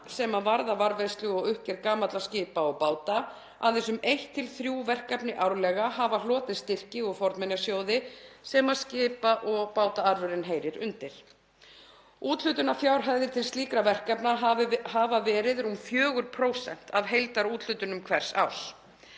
sem varða varðveislu og uppgerð gamalla skipa og báta. Aðeins um eitt til þrjú verkefni árlega hafa hlotið styrki úr fornminjasjóði sem skipa- og bátaarfurinn heyrir undir. Úthlutunarfjárhæðir til slíkra verkefna hafa verið rúm 4% af heildarúthlutunum hvers árs.